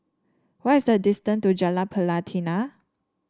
what is the distance to Jalan Pelatina